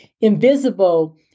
invisible